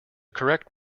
correct